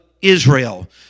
Israel